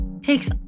Takes